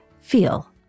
feel